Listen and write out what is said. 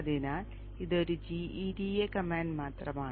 അതിനാൽ ഇത് ഒരു gEDA കമാൻഡ് മാത്രമാണ്